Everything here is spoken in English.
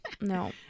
no